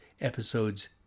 episodes